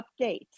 update